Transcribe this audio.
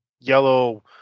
yellow